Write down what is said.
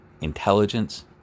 intelligence